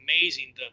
amazing